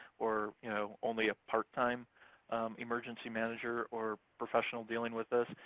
or you know only a part-time emergency manager or professional dealing with this.